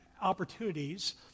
opportunities